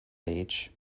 age